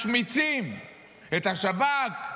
משמיצים את השב"כ,